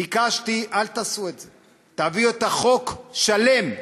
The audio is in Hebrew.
ביקשתי: אל תעשו את זה, תביאו את החוק שלם,